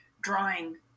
drawing